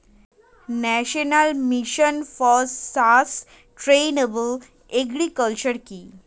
National mission for sustainable agriculture কি?